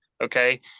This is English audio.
okay